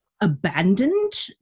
abandoned